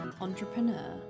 entrepreneur